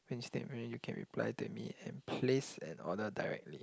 means that when you can reply to me and place an order directly